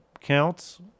counts